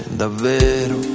davvero